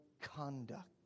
conduct